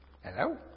Hello